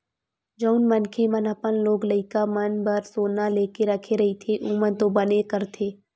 जउन मनखे मन अपन लोग लइका मन बर सोना लेके रखे रहिथे ओमन तो बने करथे